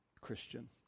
Christian